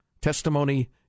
testimony